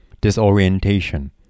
Disorientation